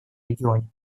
регионе